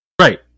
Right